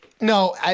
No